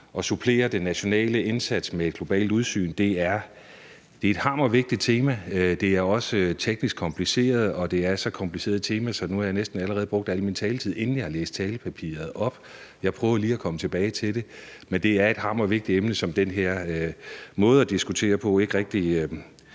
at supplere den nationale indsats med et globalt udsyn, er hamrende vigtigt. Det er et hammervigtigt tema, det er også teknisk kompliceret, og det er så kompliceret et tema, at jeg nu næsten allerede har brugt al min taletid, inden jeg har læst talepapiret op – jeg prøver lige at komme tilbage til det. Men det er et hammervigtigt emne, som den her måde at diskutere på ikke rigtig